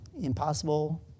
impossible